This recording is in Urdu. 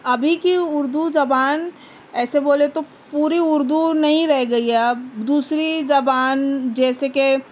ابھی كی اُردو زبان ایسے بولے تو پوری اُردو نہیں رہ گئی ہے اب دوسری زبان جیسے کہ